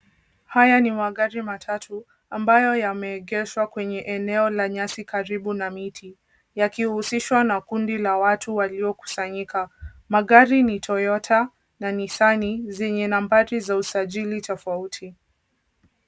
Haya ni magari matatu, ambayo yameegeshwa kwenye eneo la nyasi karibu na miti, yakihusishwa na kundi la watu waliokusanyika. Magari ni toyota na nisani, zenye nambari za usajili tofauti.